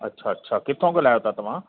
अच्छा अच्छा किथां ॻाल्हायो था तव्हां